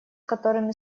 которыми